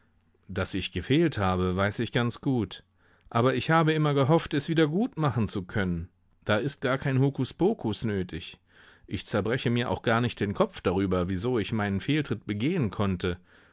daß ich gefehlt habe weiß ich ganz gut aber ich habe immer gehofft es wieder gut machen zu können da ist gar kein hokuspokus nötig ich zerbreche mir auch gar nicht den kopf darüber wieso ich meinen fehltritt begehen konnte